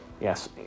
Yes